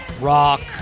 rock